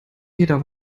jeder